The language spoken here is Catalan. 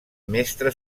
mestre